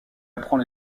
apprend